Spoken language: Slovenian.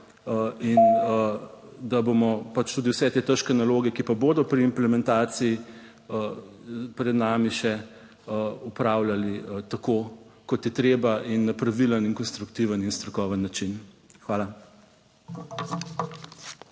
In da bomo pač tudi vse te težke naloge, ki pa bodo pri implementaciji pred nami še opravljali tako kot je treba in na pravilen in konstruktiven in strokoven način. Hvala.